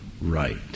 right